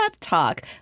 talk